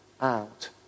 out